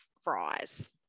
fries